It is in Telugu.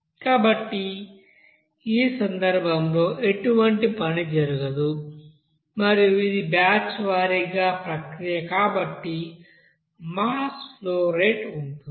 కాబట్టి ఆ సందర్భంలో ఎటువంటి పని జరగదు మరియు ఇది బ్యాచ్ వారీగా ప్రక్రియ కాబట్టి మాస్ ఫ్లో రేటు ఉంటుంది